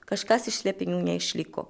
kažkas iš slėpinių neišliko